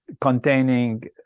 containing